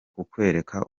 kukwereka